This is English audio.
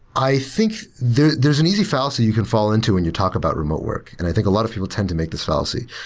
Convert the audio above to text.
i think there's there's an easy fallacy you can fall into and you talk about remote work, and i think a lot of people tend to make this fallacy.